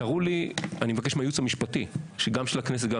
אני מבקש מהייעוץ המשפטי גם של הכנסת וגם